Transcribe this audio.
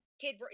kid